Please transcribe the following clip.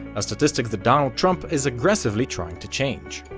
a statistic that donald trump is aggressively trying to change.